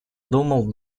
думал